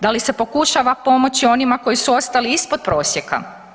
Da li se pokušava pomoći onima koji su ostali ispod prosjeka?